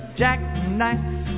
jackknife